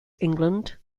england